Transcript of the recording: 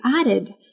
added